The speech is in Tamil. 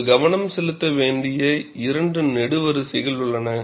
நீங்கள் கவனம் செலுத்த வேண்டிய இரண்டு நெடுவரிசைகள் உள்ளன